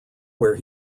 where